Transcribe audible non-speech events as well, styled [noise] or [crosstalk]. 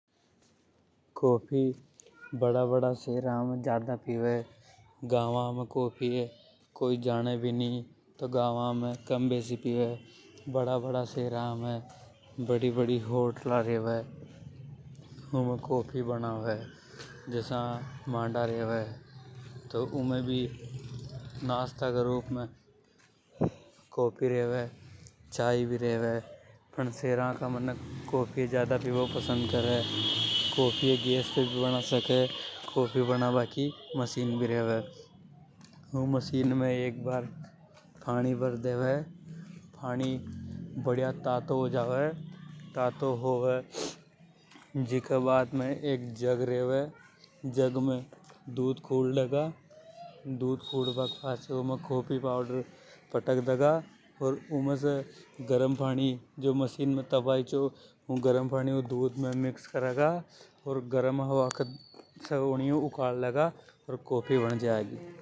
काफी, कॉफी ये बड़ा बड़ा सहारा में ज्यादा पीवे, गांव में तो काफी ये कोई जाने भी नि। बड़ा-बड़ा शहरा में बड़ी-बड़ी होटला रेवे [noise] उनमें काफी बनावे। जसा मांडा रेवे उमे भी काफी नाश्ता के रूप में बनावे। चाय भी रेवे शहरा का मनक कॉफी ये ज्यादा पीवी। [unintelligible] ऊ मशीन में एक बार पानी भर देवे ,पानी बढ़िया तातों हो जावे, ताता होवे जीके बाद में जग रेवे, जगे दूध खुड लेगा। दूध खुड बा के पचे उमे काफी पावडर पटक देगा। [unintelligible] ओर गरम हवा से यूनिय अकाल लेवे अर कॉफी बन जागी। [noise]